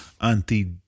anti